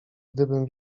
gdybym